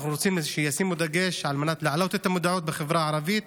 אנחנו רוצים שישימו דגש על מנת להעלות את המודעות בחברה הערבית